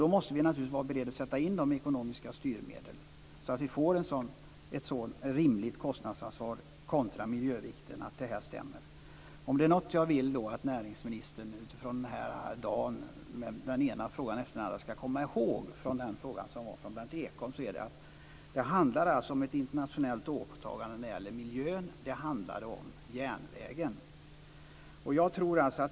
Då måste vi naturligtvis vara beredda att sätta ekonomiska styrmedel så att vi får ett sådant rimligt kostnadsansvar kontra miljövikten att detta stämmer. Det finns något som jag vill att näringsministern skall komma ihåg från den här dagen med den ena frågan efter den andra. Det är att frågan från Berndt Ekholm handlade om ett internationellt åtagande när det gäller miljön och om järnvägen.